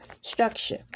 structure